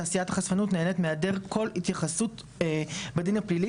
תעשיית החשפנות נהנית מהיעדר כל התייחסות בדין הפלילי